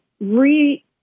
re